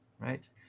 right